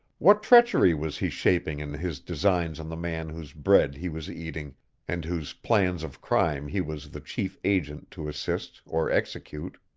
what treachery was he shaping in his designs on the man whose bread he was eating and whose plans of crime he was the chief agent to assist or execute?